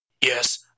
yes